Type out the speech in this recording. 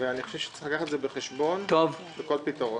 אני חושב שצריך לקחת את זה בחשבון ולתת פתרון.